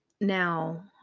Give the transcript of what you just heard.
Now